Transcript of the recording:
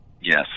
Yes